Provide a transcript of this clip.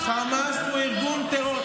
חמאס הוא ארגון טרור.